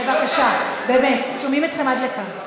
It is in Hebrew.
בבקשה, באמת, שומעים אתכם עד לכאן.